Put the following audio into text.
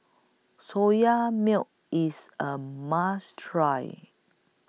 Soya Milk IS A must Try